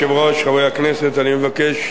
אדוני היושב-ראש, חברי הכנסת, אני מבקש,